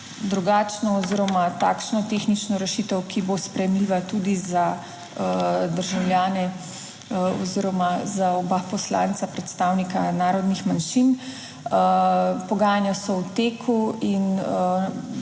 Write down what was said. drugačno oziroma takšno tehnično rešitev, ki bo sprejemljiva tudi za državljane oziroma za oba poslanca, predstavnika narodnih manjšin. Pogajanja so v teku in